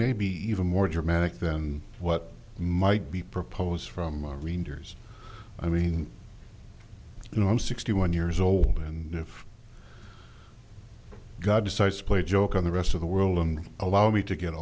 maybe even more dramatic than what might be proposed from our readers i mean you know i'm sixty one years old and if god decides to play a joke on the rest of the world and allow me to get